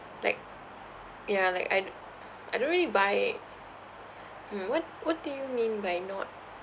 like ya like I d~ I don't really buy hmm what what do you mean by not